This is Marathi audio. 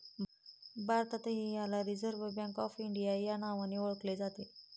भारतातही याला रिझर्व्ह बँक ऑफ इंडिया या नावाने ओळखले जाते